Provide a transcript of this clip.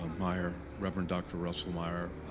um meyer, reverend dr. russell meyer, ah,